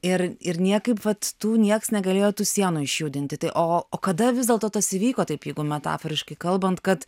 ir ir niekaip vat tų nieks negalėjo tų sienų išjudinti tai o o kada vis dėlto tas įvyko taip jeigu metaforiškai kalbant kad